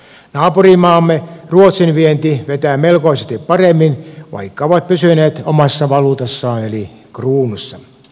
naapurimaamme ruotsin vienti vetää melkoisesti paremmin vaikka ovat pysyneet omassa valuutassaan eli kruunussa